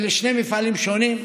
אלה שני מפעלים שונים,